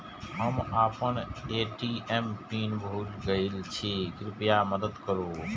हम आपन ATM PIN भूल गईल छी, कृपया मदद करू